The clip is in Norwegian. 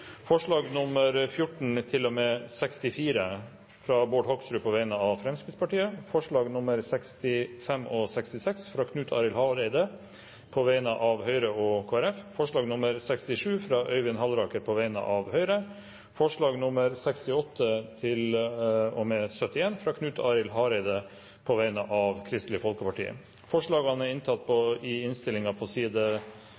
forslag. Det er forslagene nr. 1–11, fra Bård Hoksrud på vegne av Fremskrittspartiet og Høyre forslagene nr. 12 og 13, fra Knut Arild Hareide på vegne av Fremskrittspartiet og Kristelig Folkeparti forslagene nr. 14–64, fra Bård Hoksrud på vegne av Fremskrittspartiet forslagene nr. 65 og 66, fra Knut Arild Hareide på vegne av Høyre og Kristelig Folkeparti forslag nr. 67, fra Øyvind Halleraker på vegne av Høyre